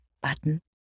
button